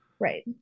Right